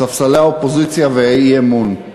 על ספסלי האופוזיציה והאי-אמון.